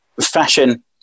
fashion